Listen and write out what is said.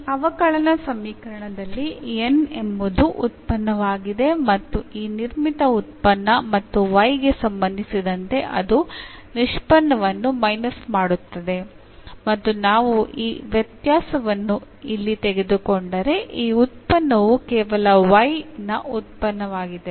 ಈ ಅವಕಲನ ಸಮೀಕರಣದಲ್ಲಿ N ಎಂಬುದು ಉತ್ಪನ್ನವಾಗಿದೆ ಮತ್ತು ಈ ನಿರ್ಮಿತ ಉತ್ಪನ್ನ ಮತ್ತು y ಗೆ ಸಂಬಂಧಿಸಿದಂತೆ ಅದರ ನಿಷ್ಪನ್ನವನ್ನು ಮೈನಸ್ ಮಾಡುತ್ತದೆ ಮತ್ತು ನಾವು ಈ ವ್ಯತ್ಯಾಸವನ್ನು ಇಲ್ಲಿ ತೆಗೆದುಕೊಂಡರೆ ಈ ಉತ್ಪನ್ನವು ಕೇವಲ y ನ ಉತ್ಪನ್ನವಾಗಿದೆ